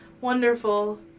wonderful